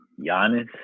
Giannis